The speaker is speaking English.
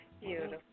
beautiful